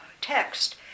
text